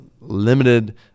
limited